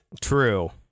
True